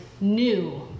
new